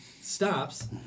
stops